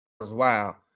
Wow